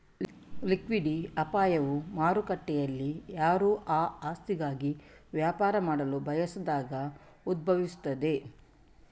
liquidity ಅಪಾಯವು ಮಾರುಕಟ್ಟೆಯಲ್ಲಿಯಾರೂ ಆ ಆಸ್ತಿಗಾಗಿ ವ್ಯಾಪಾರ ಮಾಡಲು ಬಯಸದಾಗ ಉದ್ಭವಿಸುತ್ತದೆ